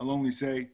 את הזהות היהודית שלנו,